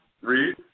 Read